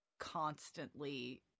constantly